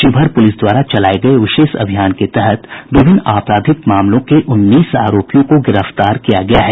Sheohar police द्वारा चलाये गये विशेष अभियान के तहत विभिन्न आपराधिक मामलों के उन्नीस आरोपियों को गिरफ्तार किया गया है